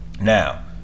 Now